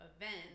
event